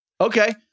Okay